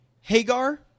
Hagar